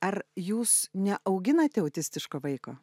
ar jūs neauginate autistiško vaiko